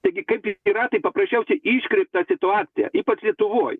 taigi kaip yra tai paprasčiausiai iškreipta situacija ypač lietuvoj